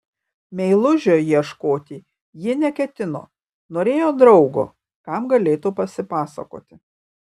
meilužio ieškoti ji neketino norėjo draugo kam galėtų pasipasakoti